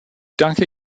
danke